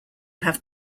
have